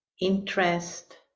interest